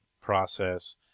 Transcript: process